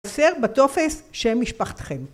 מוסר בטופס של משפחתכם.